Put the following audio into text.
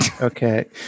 Okay